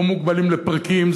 או מוגבלים לפרקים.